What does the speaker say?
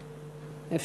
לוועדת הפנים.